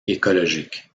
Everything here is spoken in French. écologique